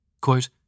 Quote